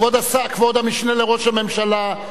כבוד המשנה לראש הממשלה,